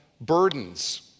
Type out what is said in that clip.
burdens